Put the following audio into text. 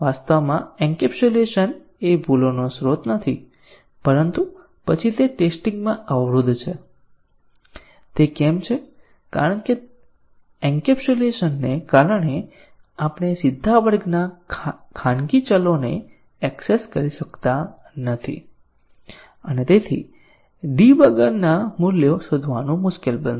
વાસ્તવમાં એન્કેપ્સ્યુલેશન એ ભૂલોનો સ્ત્રોત નથી પરંતુ પછી તે ટેસ્ટીંગ માં અવરોધ છે તે કેમ છે કારણ કે એન્કેપ્સ્યુલેશનને કારણે આપણે સીધા વર્ગના ખાનગી ચલોને એક્સેસ કરી શકતા નથી અને ડીબગરના મૂલ્યો શોધવાનું મુશ્કેલ બનશે